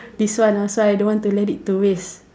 this one ah so I don't want to let it to waste